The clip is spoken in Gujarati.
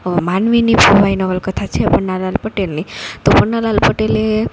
હવે માનવીની ભવાઈ નવલક્થા છે પન્નાલાલ પટેલની તો પન્નાલાલ પટેલે